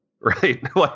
Right